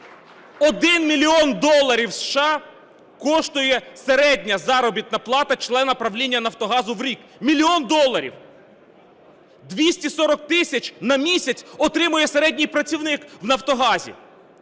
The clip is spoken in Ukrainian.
1 мільйон доларів США коштує середня заробітна плата члена правління "Нафтогазу" в рік. Мільйон доларів! 240 тисяч на місяць отримує середній працівник в "Нафтогазі".